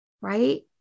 right